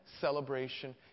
celebration